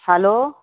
hello